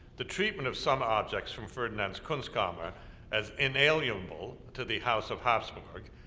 the treatment of some objects from ferdinand's kunstkammer as inalienable to the house of hapsburg,